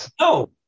No